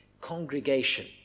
congregation